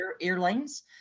airlines